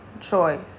choice